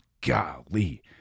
golly